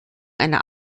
einer